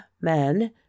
men